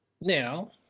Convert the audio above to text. Now